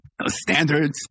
standards